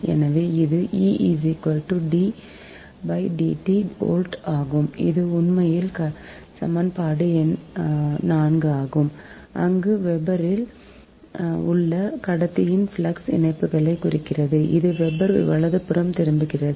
எனவே இது வோல்ட் ஆகும் இது உண்மையில் சமன்பாடு எண் 4 ஆகும் அங்கு வெபரில் உள்ள கடத்தியின் ஃப்ளக்ஸ் இணைப்புகளைக் குறிக்கிறது இது வெபர் வலதுபுறம் திரும்புகிறது